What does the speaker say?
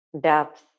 depth